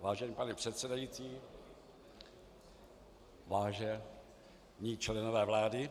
Vážený pane předsedající, vážení členové vlády.